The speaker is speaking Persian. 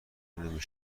نمی